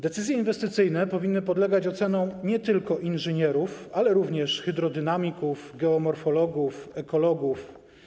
Decyzje inwestycyjne powinny podlegać ocenom nie tylko inżynierów, ale również hydrodynamików, geomorfologów, ekologów.